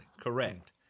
correct